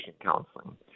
counseling